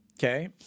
Okay